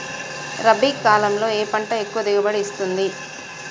రబీ కాలంలో ఏ పంట ఎక్కువ దిగుబడి ఇస్తుంది?